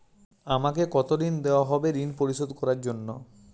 আমাকে কতদিন দেওয়া হবে ৠণ পরিশোধ করার জন্য?